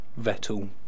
Vettel